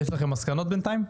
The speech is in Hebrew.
יש לכם מסקנות בינתיים?